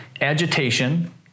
agitation